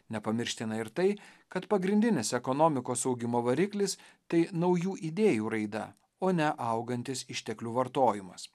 nepamirština ir tai kad pagrindinis ekonomikos augimo variklis tai naujų idėjų raida o ne augantis išteklių vartojimas